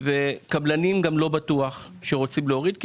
גם לא בטוח שקבלנים רוצים להוריד את המחירים,